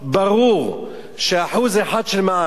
ברור ש-1% של מע"מ,